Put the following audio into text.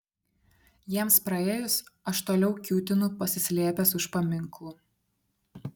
jiems praėjus aš toliau kiūtinu pasislėpęs už paminklų